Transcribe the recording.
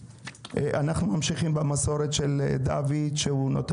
אנחנו מקיימים פה דיון שהוא די שונה